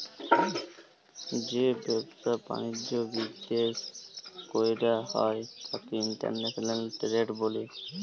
যে ব্যাবসা বালিজ্য বিদ্যাশে কইরা হ্যয় ত্যাকে ইন্টরন্যাশনাল টেরেড ব্যলে